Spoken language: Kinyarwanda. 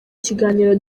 kiganiro